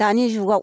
दानि जुगाव